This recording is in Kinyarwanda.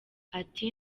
ati